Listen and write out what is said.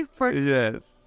Yes